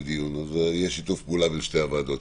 יש שיתוף פעולה בין שתי הוועדות.